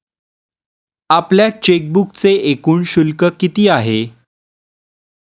आपल्या चेकबुकचे एकूण शुल्क किती आहे?